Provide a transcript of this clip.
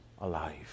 alive